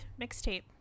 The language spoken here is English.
mixtape